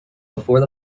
before